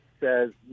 says